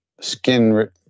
skin